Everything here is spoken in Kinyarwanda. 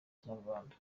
kinyarwanda